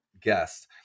guest